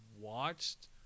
watched